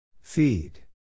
Feed